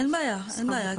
אין בעיה, אין בעיה.